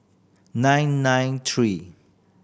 nine nine three